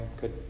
good